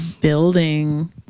building